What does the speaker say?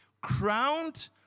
crowned